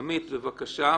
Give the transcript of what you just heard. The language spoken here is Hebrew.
עמית, בבקשה.